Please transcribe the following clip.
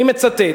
אני מצטט.